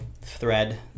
thread